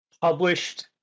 published